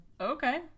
Okay